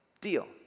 Deal